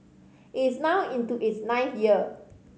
it is now into its ninth year